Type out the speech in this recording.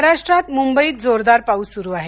महाराष्ट्रात मुंबईत जोरदार पाऊस सुरू आहे